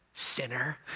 sinner